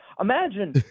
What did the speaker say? Imagine